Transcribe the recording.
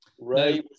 Right